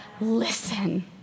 listen